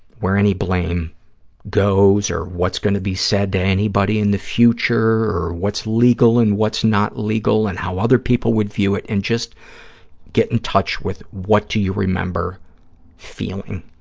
where any blame goes or what's going to be said to anybody in the future or what's legal and what's not legal and how other people would view it, and just get in touch with what do you remember feeling,